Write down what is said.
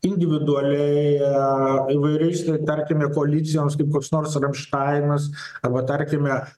individualiai įvairiais tarkime koalicijoms kaip koks nors ramštainas arba tarkime